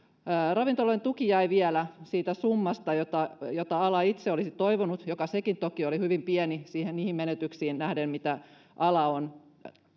ravintoloiden tuki jäi vielä siitä summasta jota jota ala itse olisi toivonut ja joka sekin toki oli hyvin pieni niihin menetyksiin nähden mitä ala on